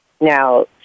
Now